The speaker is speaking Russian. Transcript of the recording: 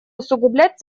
усугублять